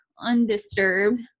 undisturbed